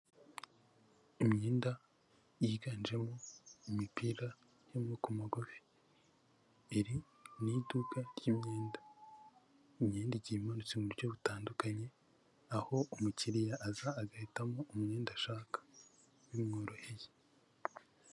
Imyenda yiganjemo imipira y'amaboko magufi. Iri ni iduka ry'imyenda. Imyenda igiye imanitse mu buryo butandukanye, aho umukiriya aza agahitamo umwenda ashaka, bimworoheye.